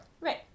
Right